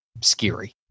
scary